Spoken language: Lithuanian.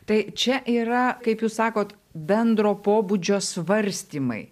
tai čia yra kaip jūs sakote bendro pobūdžio svarstymai